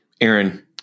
Aaron